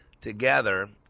Together